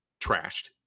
trashed